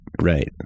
Right